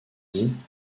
dit